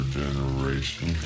generation